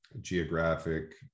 geographic